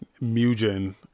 Mugen